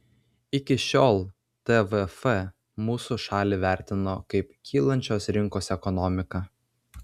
iki šiol tvf mūsų šalį vertino kaip kylančios rinkos ekonomiką